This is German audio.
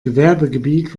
gewerbegebiet